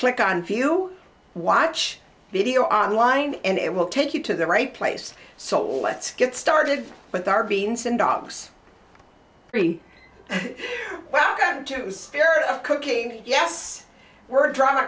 click on view watch video on line and it will take you to the right place so let's get started with our beans and dogs welcome to spirit of cooking yes we're drama